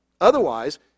Otherwise